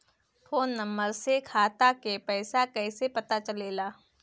Phone number से खाता के पइसा कईसे पता चलेला?